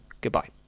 goodbye